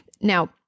Now